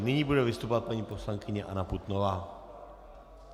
Nyní bude vystupovat paní poslankyně Anna Putnová.